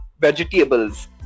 vegetables